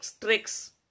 tricks